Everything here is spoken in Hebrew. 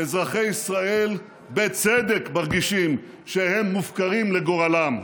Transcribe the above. אזרחי ישראל בצדק מרגישים שהם מופקרים לגורלם.